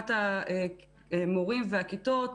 חלוקת המורים והכיתות,